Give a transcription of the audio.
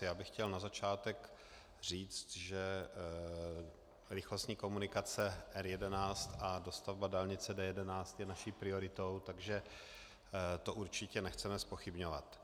Já bych chtěl na začátek říct, že rychlostní komunikace R11 a dostavba dálnice D11 je naší prioritou, takže to určitě nechceme zpochybňovat.